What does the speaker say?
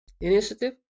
initiative